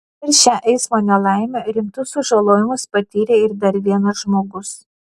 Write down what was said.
per šią eismo nelaimę rimtus sužalojimus patyrė ir dar vienas žmogus